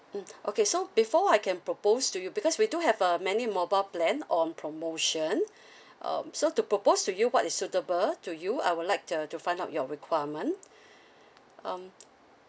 mm okay so before I can propose to you because we do have uh many mobile plan on promotion um so to propose to you what is suitable to you I would like to uh to find out your requirement um